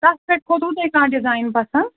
تَتھ پٮ۪ٹھ کھوٚتوٕ تۄہہِ کانٛہہ ڈِزایِن پَسنٛد